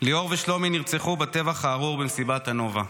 ליאור ושלומי נרצחו בטבח הארור במסיבת הנובה.